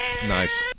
Nice